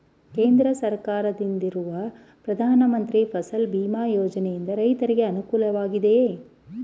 ಕೇಂದ್ರ ಸರ್ಕಾರದಿಂದಿರುವ ಪ್ರಧಾನ ಮಂತ್ರಿ ಫಸಲ್ ಭೀಮ್ ಯೋಜನೆಯಿಂದ ರೈತರಿಗೆ ಅನುಕೂಲವಾಗಿದೆಯೇ?